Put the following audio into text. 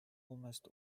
almost